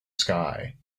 sky